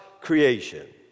creation